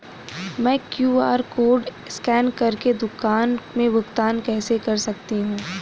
मैं QR code scan कर के दुकान में भुगतान कैसे कर सकती हूँ?